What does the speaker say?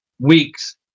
weeks